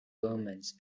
governments